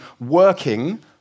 working